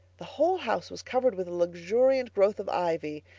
the whole house was covered with a luxuriant growth of ivy,